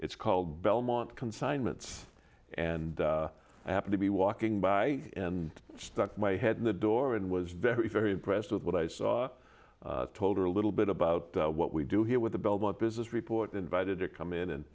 it's called belmont consignments and i happen to be walking by and stuck my head in the door and was very very impressed with what i saw told her a little bit about what we do here with the belmont business report invited to come in and